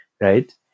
right